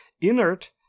inert